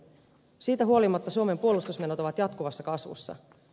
siitä huolimatta suomen puolustusmenot ovat jatkuvassa kasvussa